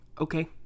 Okay